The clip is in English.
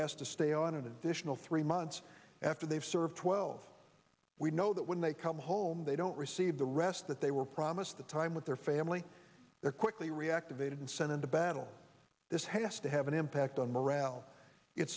asked to stay on an additional three months after they've served twelve we know that when they come home they don't receive the rest that they were promised the time with their family their quickly reactivated and sent into battle this has to have an impact on morale it